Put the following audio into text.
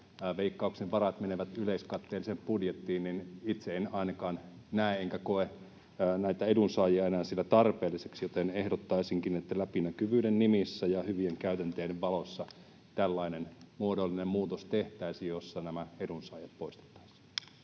Veikkauksen varat menevät yleiskatteelliseen budjettiin, niin itse en ainakaan näe enkä koe näitä edunsaajia enää siellä tarpeellisiksi, joten ehdottaisinkin, että läpinäkyvyyden nimissä ja hyvien käytänteiden valossa tällainen muodollinen muutos tehtäisiin, jossa nämä edunsaajat poistettaisiin.